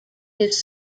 his